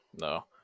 No